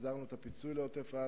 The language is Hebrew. הסדרנו כמובן את הפיצוי לעוטף-עזה,